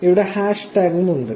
ഇവിടെ ഹാഷ്ടാഗും ഉണ്ട്